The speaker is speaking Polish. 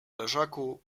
leżaku